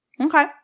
Okay